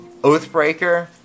Oathbreaker